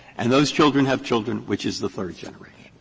and those children have children, which is the third generation,